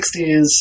1960s